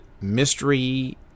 mystery